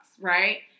right